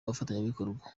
bafatanyabikorwa